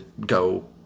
go